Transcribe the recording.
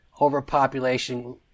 overpopulation